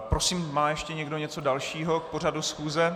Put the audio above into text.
Prosím, má ještě někdo něco dalšího k pořadu schůze?